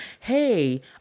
hey